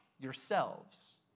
yourselves